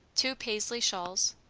two paisley shawls.